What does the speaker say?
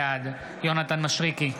בעד יונתן מישרקי,